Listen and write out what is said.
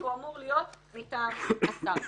כי הוא אמור להיות מטעם השר.